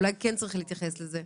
אולי כן צריך להתייחס לזה.